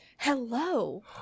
hello